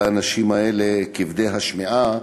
האנשים האלה, כבדי השמיעה,